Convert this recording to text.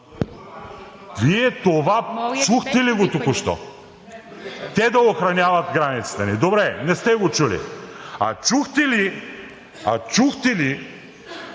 Вие това чухте ли го току-що? Те да охраняват границата ни?! Добре, не сте го чули. А чухте ли нещо,